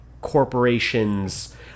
Corporation's